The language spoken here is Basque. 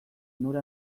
onura